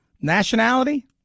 Nationality